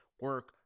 Work